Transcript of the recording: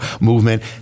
movement